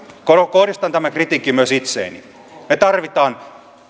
kohdistan tämän kritiikin myös itseeni me tarvitsemme